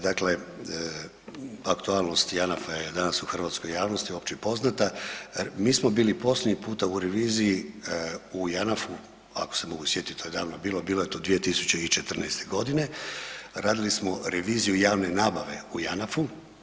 Dakle, aktualnost Janafa je danas u hrvatskoj javnosti općepoznata, mi smo bili posljednji puta u reviziji u Janafu, ako se mogu sjetiti to je davno bilo, bilo je to 2014. godine, radili smo reviziju javne nabave u Janafu.